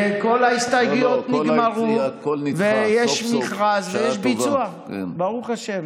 היתר בנייה קיים, הכול נדחה סוף-סוף, בשעה טובה.